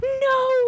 No